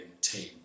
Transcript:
team